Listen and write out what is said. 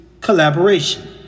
collaboration